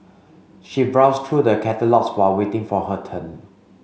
she browsed through the catalogues while waiting for her turn